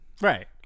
Right